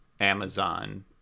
Amazon